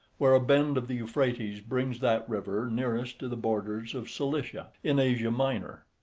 where a bend of the euphrates brings that river nearest to the borders of cilicia in asia minor.